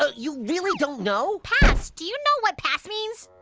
so you really don't know? pass! do you know what pass means!